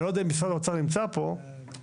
אני לא יודע אם משרד האוצר נמצא פה כי